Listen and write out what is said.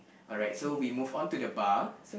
alright so we move on to the bar